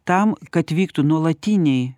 tam kad vyktų nuolatiniai